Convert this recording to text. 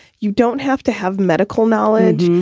you don't have to have medical knowledge.